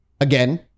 again